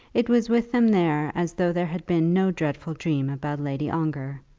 it was with them there as though there had been no dreadful dream about lady ongar.